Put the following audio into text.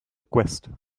request